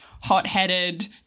hot-headed